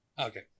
Okay